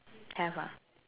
have ah